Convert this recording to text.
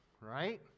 right